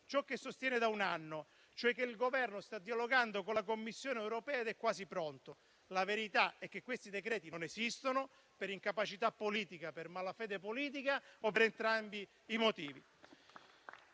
ciò che sostiene da un anno, ossia che il Governo sta dialogando con la Commissione europea ed è quasi pronto. La verità è che questi decreti non esistono per incapacità politica, per malafede politica o per entrambi i motivi.